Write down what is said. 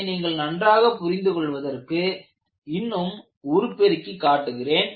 அதை நீங்கள் நன்றாக புரிந்து கொள்வதற்கு இன்னும் உருப்பெருக்கி காட்டுகிறேன்